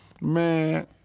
Man